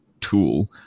tool